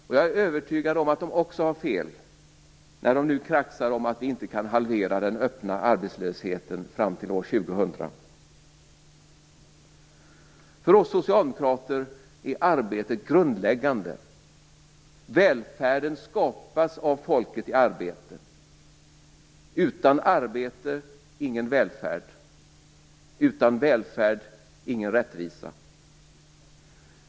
Och jag är övertygad om att de också har fel när de nu kraxar om att vi inte kan halvera den öppna arbetslösheten fram till år 2000. För oss socialdemokrater är arbetet grundläggande. Välfärden skapas av folket i arbete. Utan arbete ingen välfärd, utan välfärd ingen rättvisa.